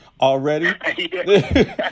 already